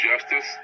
justice